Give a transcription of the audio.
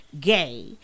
gay